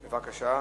בבקשה,